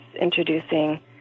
introducing